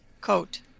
coat